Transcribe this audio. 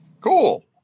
Cool